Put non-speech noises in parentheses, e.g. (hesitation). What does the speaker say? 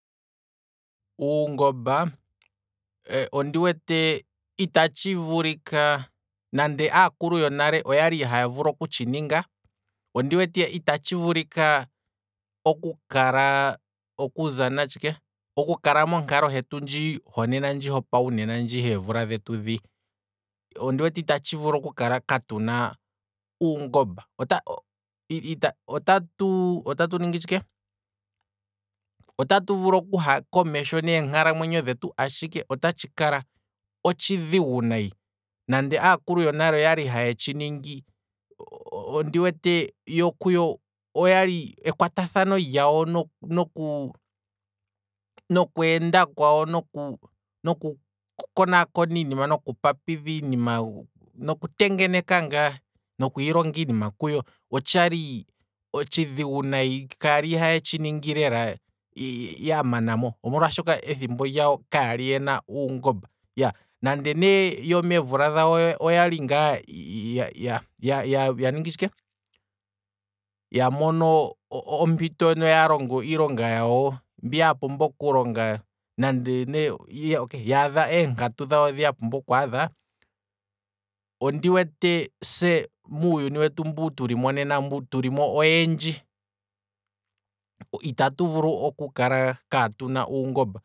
Uungomba, ondi wete kutya itatshi vulika nande aakulu yonale oyali haya vulu okutshi ninga, ondi wete ita tshivulika okukala, okuza natshike, okukala monaklo hetu ndji hevula dhetu dhi, ondi wete ita tshi vulu okukala katuna uungomba, (hesitation) otatu otatu ningi tshike, otatu vulu okuha komesho neenkalamwenyo dhetu ashike ota tshikala otshi dhigu nayi, nande aakulu yonale oyali haye tshiningi, ondo wete yo kuyo oyali, ekwata thano lyawo noku noku enda kwawo, noku konaakona iinima noku papidha iinima noku tengeneka ngaa, otshali otshidhigu nayi kaya li haye tshi ningi lela ya manamo, omolwashoka ethimbo lyawo kaya li yena uungomba, nande ne yo meemvula dhawo oyali ngaa yamono kutya otaya longo iilonga yawo mbi ya pumbwa okulonga nande ne. iya yaadha eenkatu dhawo dhi ya pumbwa okwaadha, ondi wete se muuyuni wetu mbu tuli nena tu limo oyendji, itatu vulu oku kala kaatuna uungomba.